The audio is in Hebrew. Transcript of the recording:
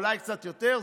אולי קצת יותר,